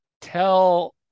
tell